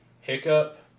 hiccup